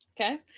okay